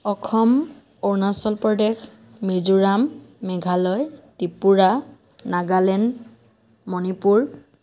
Assam Arunachal Pradesh Mizoram Meghalaya Tripura Nagaland Manipur